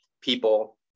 people